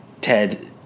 Ted